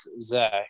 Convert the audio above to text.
Zach